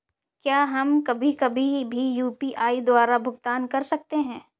क्या हम कभी कभी भी यू.पी.आई द्वारा भुगतान कर सकते हैं?